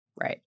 Right